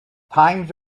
times